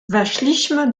weszliśmy